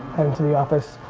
to the office,